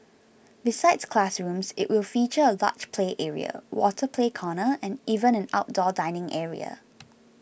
besides classrooms it will feature a large play area water play corner and even an outdoor dining area